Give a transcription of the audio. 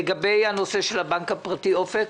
נעבור לשמוע לגבי הנושא של הבנק הפרטי "אופק".